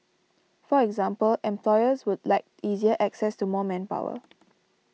for example employers would like easier access to more manpower